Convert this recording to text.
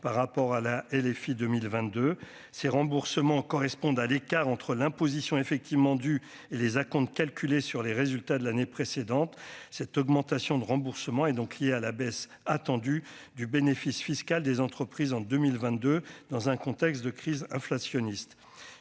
par rapport à la et les filles 2022 ces remboursements correspondent à l'écart entre l'imposition effectivement du et les acomptes calculés sur les résultats de l'année précédente, cette augmentation de remboursement et donc liée à la baisse attendue du bénéfice fiscal des entreprises en 2022, dans un contexte de crise inflationniste,